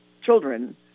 children